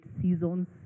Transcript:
seasons